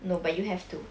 no but you have to